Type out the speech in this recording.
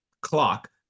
clock